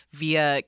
via